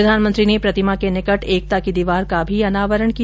प्रधानमंत्री ने प्रतिमा के निकट एकता की दीवार का भी अनावरण किया